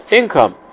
income